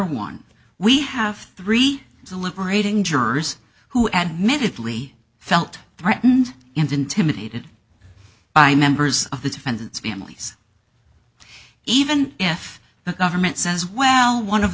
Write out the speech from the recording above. one we have three deliberating jurors who admittedly felt threatened and intimidated by members of the defendant's families even if the government says well one of